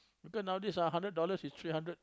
because nowadays ah one hundred dollars is three hundred